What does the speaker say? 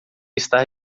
estar